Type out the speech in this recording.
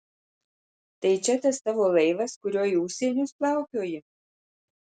tai čia tas tavo laivas kuriuo į užsienius plaukioji